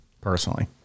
personally